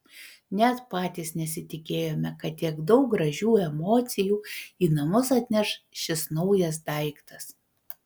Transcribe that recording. net patys nesitikėjome kad tiek daug gražių emocijų į namus atneš šis naujas daiktas